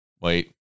Wait